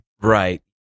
Right